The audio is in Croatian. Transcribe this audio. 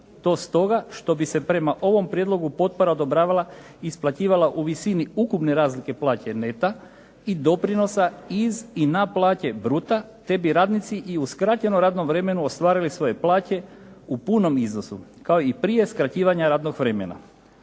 To stoga što bi se prema ovom prijedlogu potpora odobravala i isplaćivala u visini ukupne razlike plaće neta i doprinosa iz i na plaće bruta, te bi radnici i u skraćenom radnom vremenu ostvarili svoje plaće u punom iznosu kao i prije skraćivanja radnog vremena.